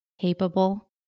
capable